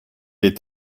est